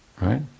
right